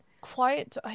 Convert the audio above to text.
Quiet